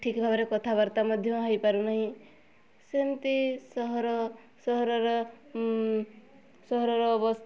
ଠିକ ଭାବରେ କଥାବାର୍ତ୍ତା ମଧ୍ୟ ହେଇପାରୁନାହିଁ ସେମିତି ସହର ସହରର ସହରର ଅବସ୍ଥା